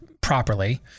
properly